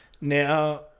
Now